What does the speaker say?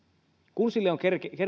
kun sille on